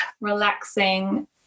relaxing